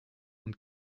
und